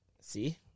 See